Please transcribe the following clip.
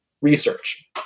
research